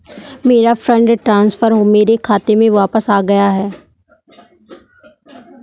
मेरा fund transfer मेरे खाते में वापस आ गया है